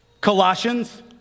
Colossians